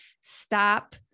stop